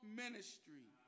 ministry